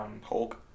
Hulk